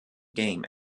game